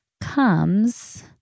comes